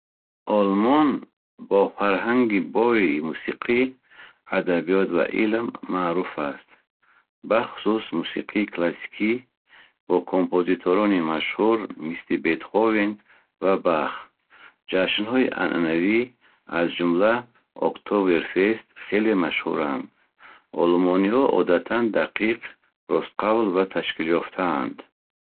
Олмон бо фарҳанги бойи мусиқӣ, адабиёт ва илм маъруф аст. Бахусус мусиқии классикӣ, бо композиторони машҳур мисли Бетховен ва Бах. Ҷашнҳои анъанавӣ, аз ҷумла Октоберфест, хеле машҳуранд. Олмониҳо одатан дақиқ, ростқавл ва ташкилёфтаанд.